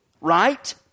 Right